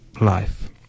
life